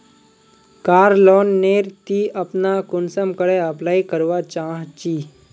कार loan नेर ती अपना कुंसम करे अप्लाई करवा चाँ चची?